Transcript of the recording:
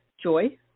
Joy